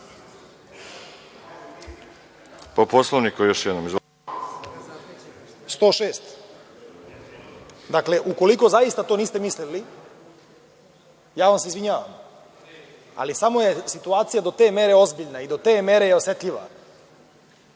106.Dakle, ukoliko zaista to niste mislili, ja vam se izvinjavam. Ali, samo je situacija do te mere ozbiljna i do te mere osetljiva